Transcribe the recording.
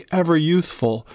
ever-youthful